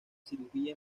cirugía